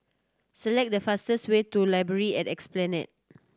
select the fastest way to Library at Esplanade